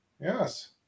Yes